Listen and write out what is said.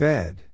Bed